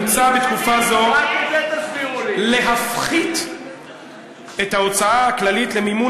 מוצע בתקופה זו להפחית את ההוצאה הכללית למימון